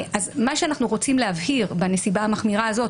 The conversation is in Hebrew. מה שאנחנו רוצים להבהיר בנסיבה המחמירה הזאת,